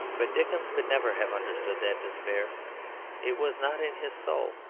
but dickens could never have understood that despair it was not in his soul.